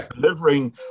delivering